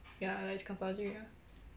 ya like it's compulsory ah